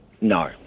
No